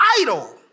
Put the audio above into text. idol